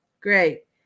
Great